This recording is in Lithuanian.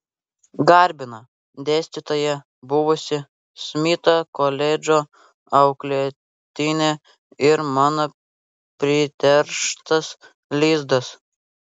garbinga dėstytoja buvusi smito koledžo auklėtinė ir mano priterštas lizdas